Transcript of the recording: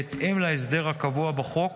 בהתאם להסדר הקבוע בחוק,